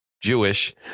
Jewish